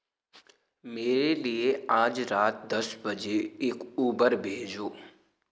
मेरे लिए आज रात दस बजे एक ऊबर भेजो